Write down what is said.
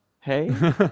Hey